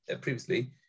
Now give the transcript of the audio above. previously